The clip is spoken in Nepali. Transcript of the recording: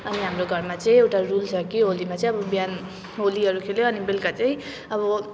अनि हाम्रो घरमा चाहिँ एउटा रुल छ कि होलीमा चाहिँ अब बिहान होलीहरू खेल्यौँ अनि बेलुका चाहिँ अब